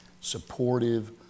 supportive